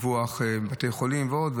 בתי חולים ועוד,